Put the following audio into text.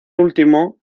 último